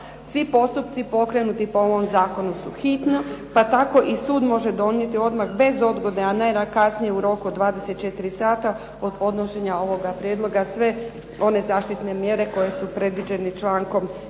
svi postupci pokrenuti po ovom zakonu su hitni pa tako i sud može donijeti odmah bez odgode, a ne da kasnije u roku od 24 sata od podnošenja ovoga prijedloga sve one zaštitne mjere koje su predviđene člankom